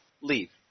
leave